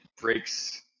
breaks